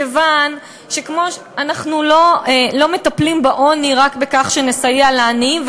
מכיוון שאנחנו לא מטפלים בעוני רק בכך שנסייע לעניים,